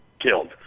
killed